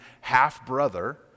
half-brother